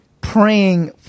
praying